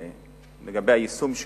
לגבי היישום שלה,